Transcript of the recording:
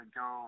go